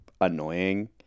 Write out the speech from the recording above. annoying